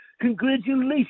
Congratulations